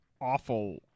awful